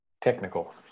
Technical